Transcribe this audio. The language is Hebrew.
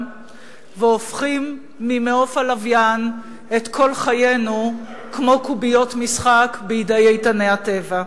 והופכים ממעוף הלוויין את כל חיינו כמו קוביות משחק בידי איתני הטבע.